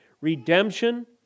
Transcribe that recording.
redemption